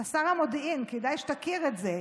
אתה שר המודיעין, כדאי שתכיר את זה.